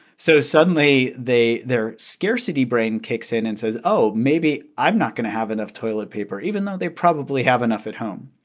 so suddenly, they their scarcity brain kicks in and says, oh, maybe i'm not going to have enough toilet paper even though they probably have enough at home.